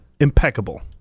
impeccable